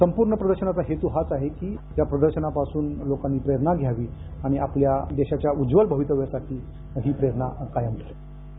संपूर्ण प्रदर्शनाचा हेतू हाच आहे की या प्रदर्शनापासून लोकांनी प्रेरणा घ्यावी आणि आपल्या देशाच्या उज्जवल भवितव्यासाठी ही प्रेरणा कायम ठेवावी